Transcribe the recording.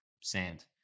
sand